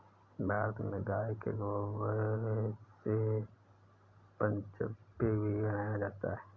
भारत में गाय के गोबर से पंचगव्य भी बनाया जाता है